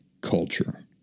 culture